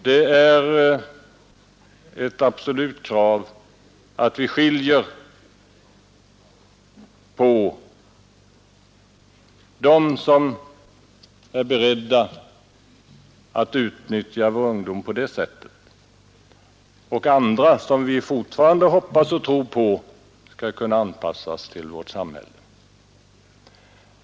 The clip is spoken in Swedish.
Det är ett absolut krav att vi skiljer på dem som är beredda att utnyttja vår ungdom på det sättet och andra som vi fortfarande hoppas och tror skall kunna anpassas till vårt samhälle.